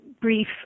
brief